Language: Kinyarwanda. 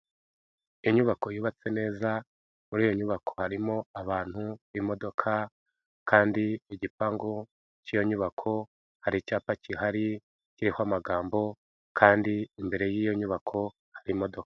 Inyubako yubatse neza, muri iyo nyubako harimo abantu, imodoka kandi igipangu cy'iyo nyubako hari icyapa kihari kiriho amagambo kandi imbere y'iyo nyubako hari imodoka.